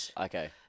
Okay